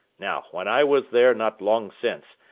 now, when i was there not long since,